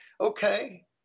okay